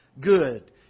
good